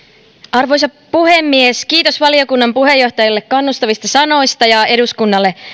arvoisa puhemies kiitos valiokunnan puheenjohtajalle kannustavista sanoista ja eduskunnalle